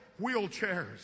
wheelchairs